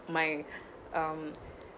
my um